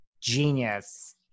genius